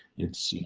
it's, you